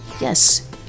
Yes